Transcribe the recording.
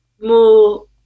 more